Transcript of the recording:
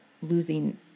losing